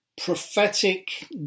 prophetic